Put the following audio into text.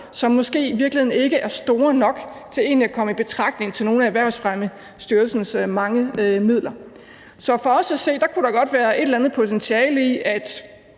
som måske i virkeligheden ikke er store nok til egentlig at komme i betragtning til nogle af Erhvervsstyrelsens mange midler. Så for os at se kunne der godt være et eller andet potentiale i at